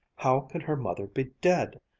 how could her mother be dead?